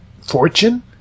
Fortune